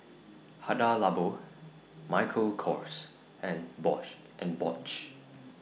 Hada Labo Michael Kors and and Bosch